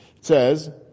says